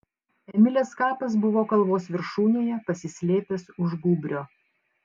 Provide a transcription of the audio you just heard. emilės kapas buvo kalvos viršūnėje pasislėpęs už gūbrio